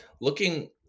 looking